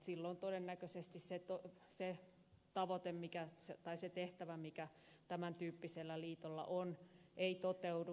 silloin todennäköisesti se tuo se tavoite mikä se tehtävä mikä tämän tyyppisellä liitolla on ei toteudu